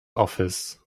office